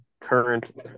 current